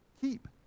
Keep